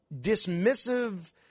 dismissive